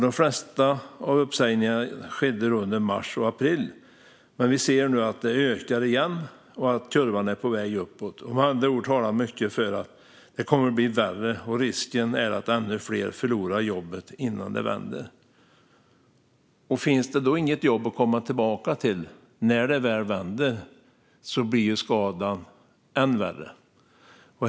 De flesta uppsägningar skedde under mars och april, men vi ser nu att det ökar igen och att kurvan är på väg uppåt. Med andra ord talar mycket för att det kommer att bli värre, och risken är att ännu fler förlorar jobbet innan det vänder. Finns det då inget jobb att komma tillbaka till när det väl vänder blir skadan än värre.